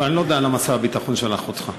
אבל אני לא יודע למה שר הביטחון שלח אותך.